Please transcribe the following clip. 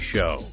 Show